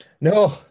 No